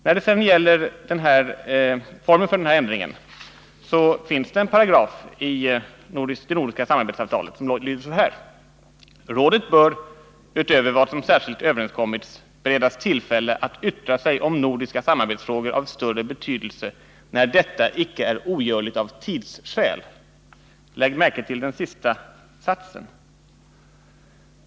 När det gäller formen för den här ändringen finns det en paragraf i det nordiska samarbetsavtalet som lyder: ”Rådet bör, utöver vad som särskilt överenskommits, beredas tillfälle att yttra sig om nordiska samarbetsfrågor av större betydelse när detta icke är ogörligt av tidsskäl.” Lägg märke till den sista satsen!